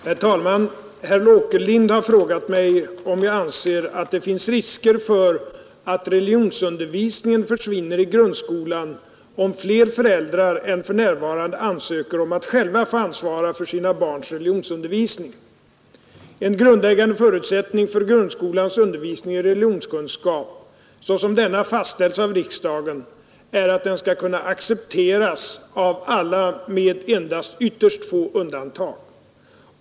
Herr talman! Herr Åkerlind har frågat mig om jag anser att det finns risker för att religionsundervisningen försvinner i grundskolan om fler föräldrar än för närvarande ansöker om att själva få ansvara för sina barns religionsundervisning. En grundläggande förutsättning för grundskolans undervisning i religionskunskap, såsom denna fastställts av riksdagen, är att den skall kunna accepteras av alla med endast ytterst få undantag.